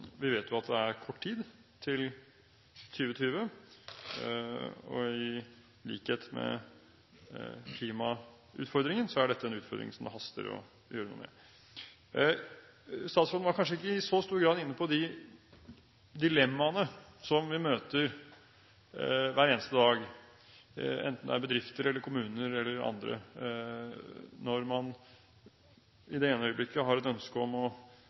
Vi vet jo at det er kort tid til 2020. I likhet med klimautfordringen er dette en utfordring som det haster å gjøre noe med. Statsråden var kanskje ikke i så stor grad inne på de dilemmaene som vi møter hver eneste dag, enten det er i bedrifter, i kommuner eller andre steder, når man i det ene øyeblikket har et legitimt ønske om å